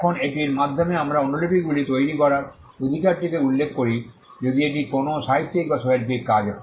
এখন এটির মাধ্যমে আমরা অনুলিপিগুলি তৈরি করার অধিকারটিকে উল্লেখ করি যদি এটি কোনও সাহিত্যিক বা শৈল্পিক কাজ হয়